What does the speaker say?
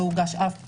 לא הוגש אף פעם,